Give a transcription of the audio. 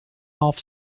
off